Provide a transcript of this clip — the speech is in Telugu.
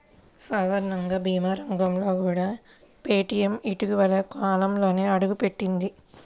సాధారణ భీమా రంగంలోకి కూడా పేటీఎం ఇటీవలి కాలంలోనే అడుగుపెట్టింది